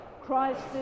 Christ